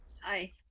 Hi